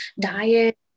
diet